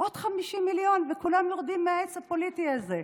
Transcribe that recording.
עוד 50 מיליון וכולם יורדים מהעץ הפוליטי הזה.